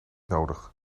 nodig